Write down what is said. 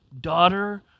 Daughter